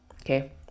Okay